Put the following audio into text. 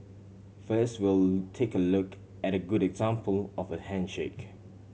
first we'll take a look at a good example of a handshake